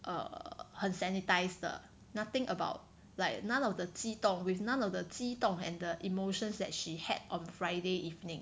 err 很 sanitise 的 nothing about like none of the 激动 with none of the 激动 and the emotions that she had on Friday evening